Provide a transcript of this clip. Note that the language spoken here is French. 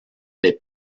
les